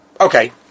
okay